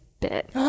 bit